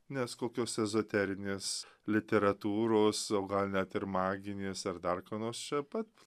nes kokios ezoterinės literatūros o gal net ir maginės ar dar ką nors čia pat